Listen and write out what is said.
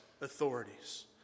authorities